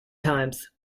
times